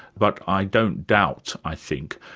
but i don't doubt, i think,